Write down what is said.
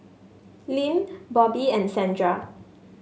Lim Bobbye and Sandra